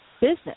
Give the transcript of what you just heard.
business